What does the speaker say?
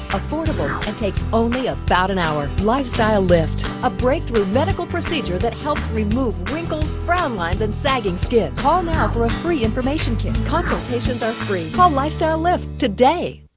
affordable, and takes only about an hour. lifestyle lift, a breakthrough medical procedure that helps remove wrinkles, frown lines and sagging skin. call now for a free information kit. consultations are free. call lifestyle lift today.